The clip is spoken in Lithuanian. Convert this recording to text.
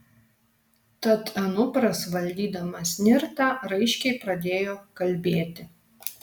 tad anupras valdydamas nirtą raiškiai pradėjo kalbėti